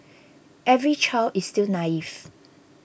every child is still naive